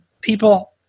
people